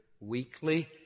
weekly